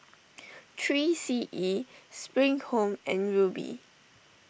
three C E Spring Home and Rubi